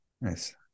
Nice